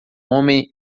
homem